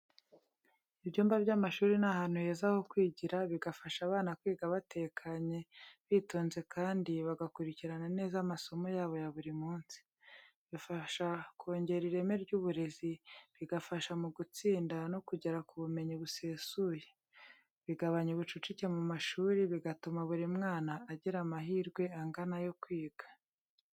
Ibyumba by’amashuri ni ahantu heza ho kwigira, bigafasha abana kwiga batekanye, bitonze kandi bagakurikirana neza amasomo yabo ya buri munsi. Bifasha kongera ireme ry’uburezi, bigafasha mu gutsinda no kugera ku bumenyi busesuye. Bigabanya ubucucike mu mashuri, bigatuma buri mwana agira amahirwe angana yo kwiga.